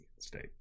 state